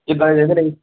ਕਿਦਾ ਦੇ ਪਲਾ ਜੀ